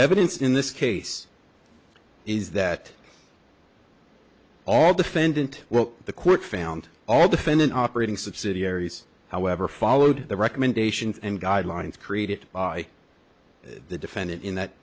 evidence in this case is that all defendant well the court found all the defendant operating subsidiaries however followed the recommendations and guidelines created by the defendant in that